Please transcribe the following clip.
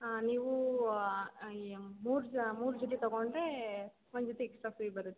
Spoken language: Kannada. ಹಾಂ ನೀವು ಮೂರು ಜ ಮೂರು ಜೊತೆ ತಗೊಂಡರೇ ಒಂದು ಜೊತೆ ಎಕ್ಸ್ಟ್ರಾ ಫ್ರೀ ಬರುತ್ತೆ